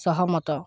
ସହମତ